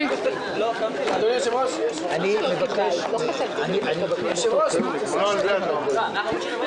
הובלתי הכשרה למגזר החרדי והכשרה בצבא.